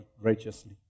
righteously